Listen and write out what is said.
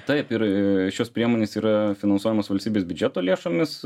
taip ir šios priemonės yra finansuojamos valstybės biudžeto lėšomis